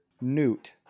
Newt